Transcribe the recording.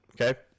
Okay